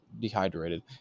dehydrated